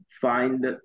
find